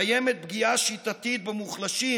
5. קיימת פגיעה שיטתית במוחלשים,